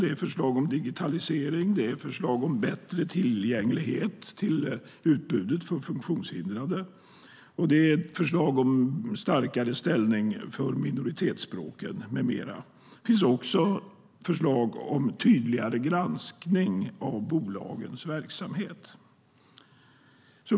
Det är förslag om digitalisering, om bättre tillgänglighet till utbudet för funktionshindrade och starkare ställning för minoritetsspråken med mera. Det finns också förslag om tydligare granskning av bolagens verksamhet.